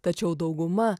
tačiau dauguma